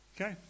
Okay